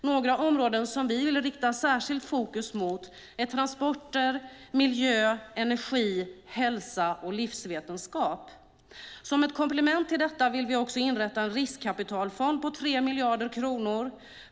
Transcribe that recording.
Några områden som vi vill rikta särskilt fokus mot är transporter, miljö och energi, hälsa och livsvetenskap. Som ett komplement till detta vill vi också inrätta en riskkapitalfond på 3 miljarder kronor.